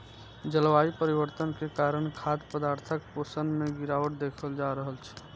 जलवायु परिवर्तन के कारण खाद्य पदार्थक पोषण मे गिरावट देखल जा रहल छै